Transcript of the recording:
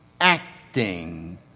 acting